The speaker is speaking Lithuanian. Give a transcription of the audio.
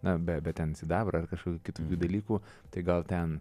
na bet bet ten sidabro ar kažkokių kitokių dalykų tai gal ten